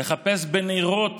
לחפש בנרות